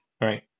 Right